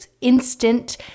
instant